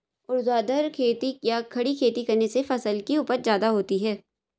ऊर्ध्वाधर खेती या खड़ी खेती करने से फसल की उपज ज्यादा होती है